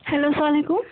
hello السلام علیکُم